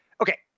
Okay